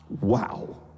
Wow